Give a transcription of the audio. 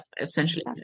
essentially